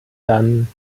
dann